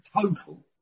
total